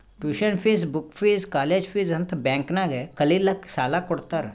tuition fees, book fees, college fees ಅಂತ್ bank ನಾಗ್ ಕಲಿಲ್ಲಾಕ್ಕ್ ಸಾಲಾ ಕೊಡ್ತಾರ್